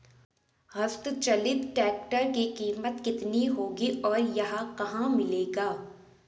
हस्त चलित ट्रैक्टर की कीमत कितनी होगी और यह कहाँ मिलेगा?